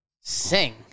Sing